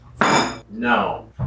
No